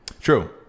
True